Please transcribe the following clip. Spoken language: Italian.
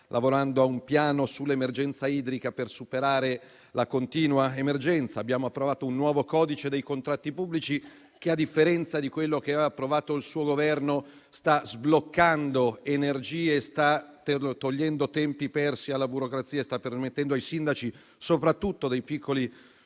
lavorando a un piano sull'emergenza idrica per superare la continua emergenza. Abbiamo approvato un nuovo codice dei contratti pubblici che, a differenza di quello che aveva approvato il suo Governo, sta sbloccando energie, sta togliendo tempi persi alla burocrazia e sta permettendo ai sindaci, soprattutto dei piccoli